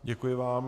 Děkuji vám.